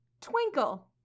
Twinkle